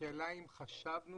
השאלה אם חשבנו